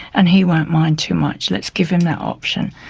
and he won't mind too much, let's give him that option.